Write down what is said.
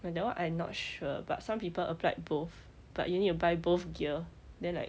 err that one I'm not sure but some people applied both but you need to buy both gear then like